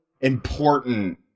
important